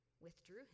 withdrew